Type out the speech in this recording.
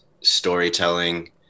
storytelling